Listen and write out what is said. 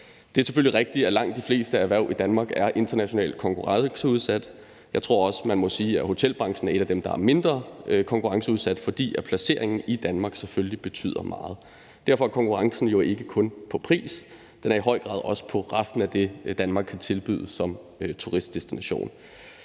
Det er selvfølgelig rigtigt, at de fleste erhverv i Danmark er international konkurrence-udsat. Jeg tror også, at man må sige, at hotelbranchen er et af de erhverv, der er mindre konkurrenceudsat, fordi placeringen i Danmark selvfølgelig betyder meget. Derfor er konkurrencen jo ikke kun på pris; den er i høj grad også på resten af det, Danmark kan tilbyde som turistdestination.